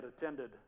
attended